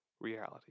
reality